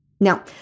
Now